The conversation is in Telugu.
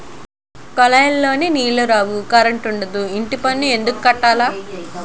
కులాయిలో నీలు రావు కరంటుండదు ఇంటిపన్ను ఎందుక్కట్టాల